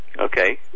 Okay